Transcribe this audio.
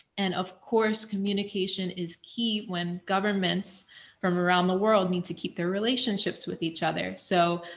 and of course, communication is key when governments from around the world need to keep their relationships with each other. so,